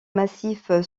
massif